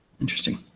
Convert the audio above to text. Interesting